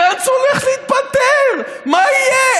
גנץ הולך להתפטר, מה יהיה?